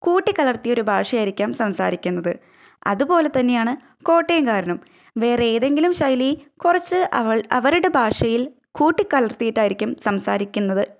കൂട്ടിക്കലർത്തിയ ഒരു ഭാഷയായിരിക്കാം സംസാരിക്കുന്നത് അതുപോലെതന്നെയാണ് കോട്ടയംകാരനും വേറെ ഏതെങ്കിലും ശൈലി കുറച്ച് അവൾ അവരുടെ ഭാഷയിൽ കൂട്ടിക്കലർത്തിയിട്ടായിരിക്കും സംസാരിക്കുന്നത്